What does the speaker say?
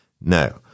No